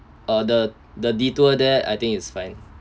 or the the detour there I think it's fine